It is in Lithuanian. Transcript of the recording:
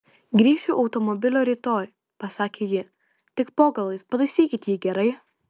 grįšiu automobilio rytoj pasakė ji tik po galais pataisykit jį gerai